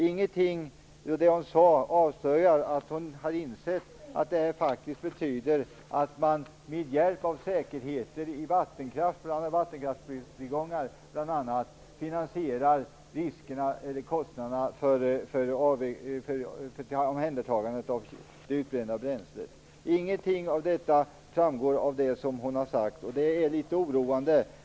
Ingenting av det hon sade avslöjar om hon insett att det här faktiskt betyder att man med hjälp av säkerheter i bl.a. vattenkrafttillgångar finansierar omhändertagandet av det utbrända bränslet. Ingenting av detta framgår av det hon har sagt. Det är litet oroande.